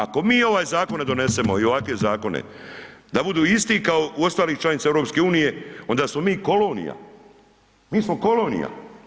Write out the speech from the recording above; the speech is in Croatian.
Ako mi ovaj zakon ne donesemo i ovakve zakone da budu isti kao u ostalih članica EU onda smo mi kolonija, mi smo kolonija.